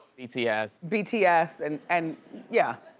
bts. bts. and and yeah,